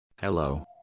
Hello